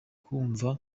kumva